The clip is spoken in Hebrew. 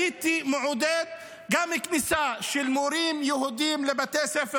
הייתי מעודד גם כניסה של מורים יהודים לבתי ספר